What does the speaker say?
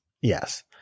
Yes